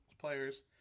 players